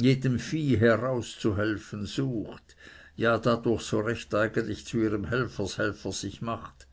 jedem vieh herauszuhelfen sucht ja dadurch so recht eigentlich zu ihrem helfershelfer sich macht